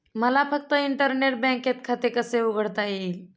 मला फक्त इंटरनेट बँकेत खाते कसे उघडता येईल?